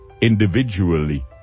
individually